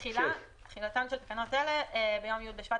תחילה תחילתן של תקנות אלה ביום י' בשבט